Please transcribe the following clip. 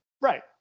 right